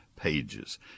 pages